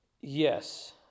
yes